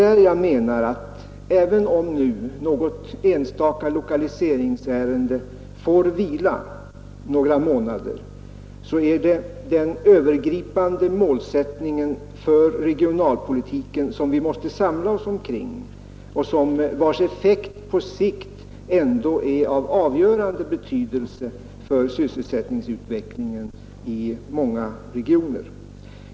Även om något enstaka lokaliseringsärende får vila några månader, så är det den övergripande målsättningen för regionalpolitiken som vi måste samla oss omkring. Dess effekter på sikt är ändå av avgörande betydelse för sysselsättningsutvecklingen i många regioner.